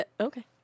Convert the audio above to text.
okay